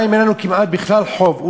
מים אין לנו כמעט בכלל חוב,